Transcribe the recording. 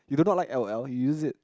you don't like l_o_l you use it